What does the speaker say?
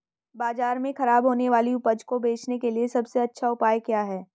बाजार में खराब होने वाली उपज को बेचने के लिए सबसे अच्छा उपाय क्या है?